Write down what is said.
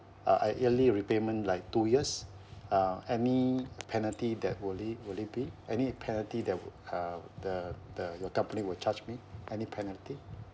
uh I yearly repayment like two years uh any penalty that will it will it be any penalty they would uh the the your company will charge me any penalty